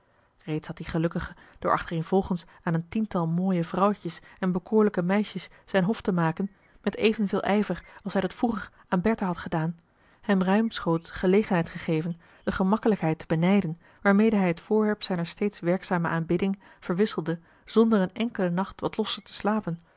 reeds had die gelukkige door achtereenvolgens aan een tiental mooie vrouwtjes en bekoorlijke meisjes zijn hof te maken met evenveel ijver als hij dat vroeger aan bertha had gedaan hem ruimschoots marcellus emants een drietal novellen gelegenheid gegeven de gemakkelijkheid te benijden waarmede hij het voorwerp zijner steeds werkzame aanbidding verwisselde zonder een enkelen nacht wat losser te slapen